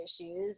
issues